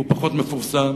והוא פחות מפורסם,